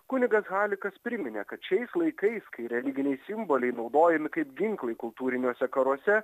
kunigas halikas priminė kad šiais laikais kai religiniai simboliai naudojami kaip ginklai kultūriniuose karuose